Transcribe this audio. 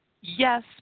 Yes